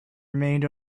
remained